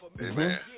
Amen